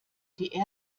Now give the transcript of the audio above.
die